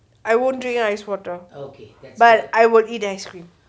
I won't drink ice water okay but I will eat ice cream